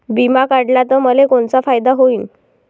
बिमा काढला त मले कोनचा फायदा होईन?